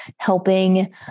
helping